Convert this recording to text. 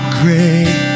great